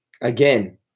again